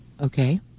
Okay